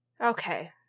okay